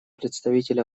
представитель